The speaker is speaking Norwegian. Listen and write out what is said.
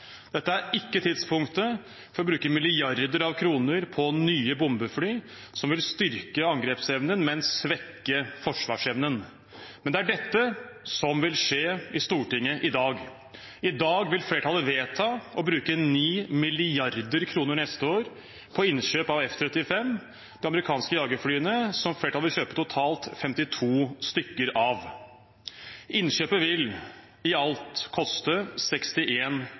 Dette er ikke tidspunktet for å bruke milliarder av kroner på nye bombefly som vil styrke angrepsevnen, men svekke forsvarsevnen. Men det er dette som vil skje i Stortinget i dag. I dag vil flertallet vedta å bruke 9 mrd. kr neste år på innkjøp av F-35, de amerikanske jagerflyene som flertallet vil kjøpe totalt 52 stykker av. Innkjøpet vil i alt koste